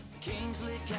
Kingsley